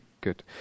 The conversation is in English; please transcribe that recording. good